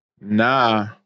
Nah